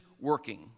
working